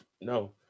no